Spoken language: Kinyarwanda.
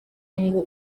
ngo